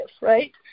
right